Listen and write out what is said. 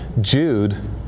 Jude